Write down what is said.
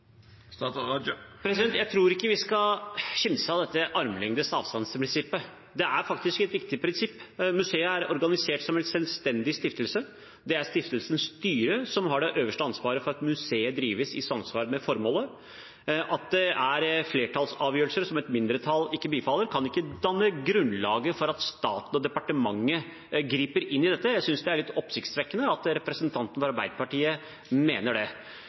Jeg tror ikke vi skal kimse av dette armlengdes avstand-prinsippet. Det er faktisk et viktig prinsipp. Museet er organisert som en selvstendig stiftelse. Det er stiftelsens styre som har det øverste ansvaret for at museet drives i samsvar med formålet. At det er flertallsavgjørelser som et mindretall ikke bifaller, kan ikke danne grunnlaget for at staten og departementet griper inn i dette. Jeg synes det er litt oppsiktsvekkende at representanten fra Arbeiderpartiet mener det.